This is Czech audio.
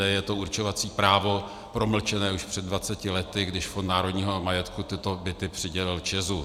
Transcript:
Je to určovací právo promlčené už před dvaceti lety, když Fond národního majetku tyto byty přidělil ČEZu.